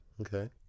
Okay